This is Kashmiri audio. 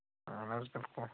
اہَن حظ بِلکُل